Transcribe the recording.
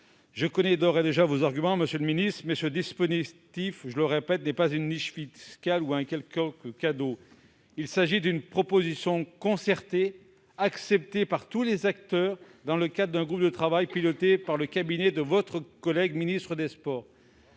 Je connais d'ores et déjà vos arguments, monsieur le ministre, mais il ne s'agit pas d'une niche fiscale ni d'un quelconque cadeau, il s'agit d'une proposition concertée, acceptée par tous les acteurs dans le cadre d'un groupe de travail piloté par le cabinet de votre collègue ministre des sports.